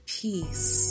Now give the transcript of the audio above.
peace